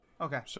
okay